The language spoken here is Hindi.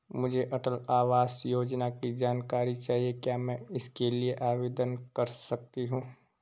मुझे अटल आवास योजना की जानकारी चाहिए क्या मैं इसके लिए आवेदन कर सकती हूँ?